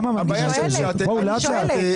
לאט לאט.